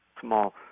small